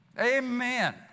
Amen